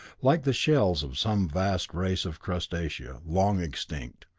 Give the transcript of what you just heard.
like the shells of some vast race of crustacea, long extinct.